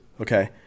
Okay